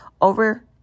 over